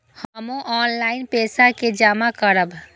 हमू ऑनलाईनपेसा के जमा करब?